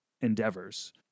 endeavors